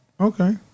Okay